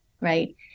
right